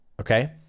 okay